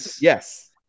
Yes